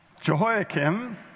Jehoiakim